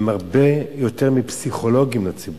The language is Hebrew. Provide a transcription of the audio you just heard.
הם הרבה יותר מפסיכולוגים לציבור.